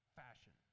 fashion